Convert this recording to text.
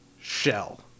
Shell